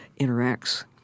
interacts